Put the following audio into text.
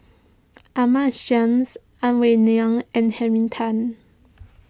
Ahmad Jais Ang Wei Neng and Henry Tan